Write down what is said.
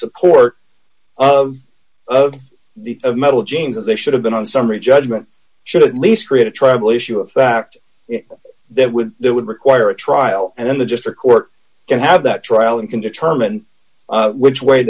support of the of metal james as they should have been a summary judgment should at least create a tribal issue a fact that would that would require a trial and then the district court can have that trial and can determine which way